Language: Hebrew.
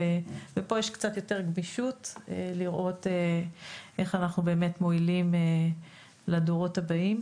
ופה יש קצת יותר גמישות לראות איך אנחנו מועילים לדורות הבאים.